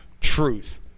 truth